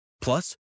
Plus